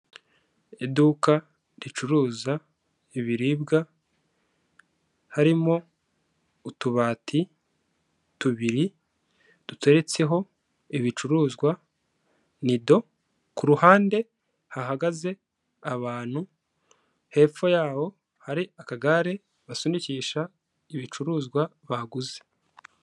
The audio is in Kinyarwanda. Iduka ricuruza ibiribwa, harimo utubati tubiri duteretseho ibicuruzwa, nido, ku ruhande hahagaze abantu, hepfo yaho, hari akagare basunikisha ibicuruzwa baguze.